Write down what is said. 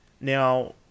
Now